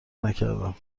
نکردم